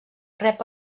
rep